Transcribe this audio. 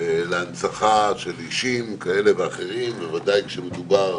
להנצחה של אישים כאלה ואחרים, בוודאי כשמדובר